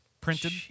printed